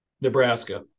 Nebraska